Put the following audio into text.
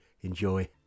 Enjoy